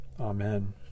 Amen